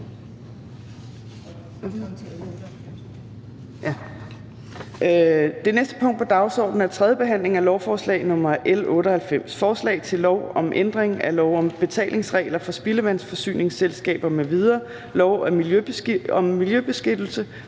Det næste punkt på dagsordenen er: 6) 3. behandling af lovforslag nr. L 98: Forslag til lov om ændring af lov om betalingsregler for spildevandsforsyningsselskaber m.v., lov om miljøbeskyttelse,